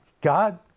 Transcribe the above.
God